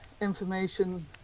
information